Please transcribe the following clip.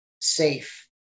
safe